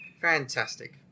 Fantastic